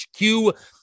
HQ